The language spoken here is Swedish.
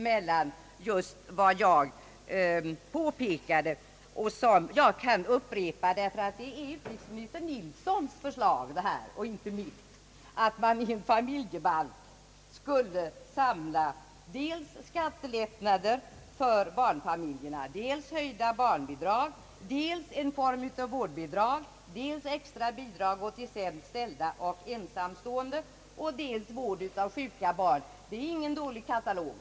Det är utrikesminister Nilssons förslag och inte mitt, att man i en familjebalk skulle samla dels skattelättnader för barnfamiljerna, dels höjda barnbidrag, dels en form av vårdbidrag, dels extra bidrag åt de sämst ställda ensamstående och dels vård av sjuka barn. Det är ingen dålig katalog.